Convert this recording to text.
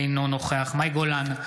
אינו נוכח מאי גולן,